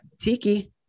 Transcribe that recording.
Tiki